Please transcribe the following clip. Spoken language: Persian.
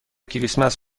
کریسمس